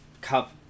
cup